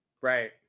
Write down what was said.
Right